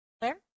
Claire